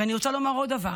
ואני רוצה לומר עוד דבר.